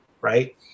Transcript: right